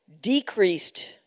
decreased